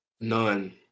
None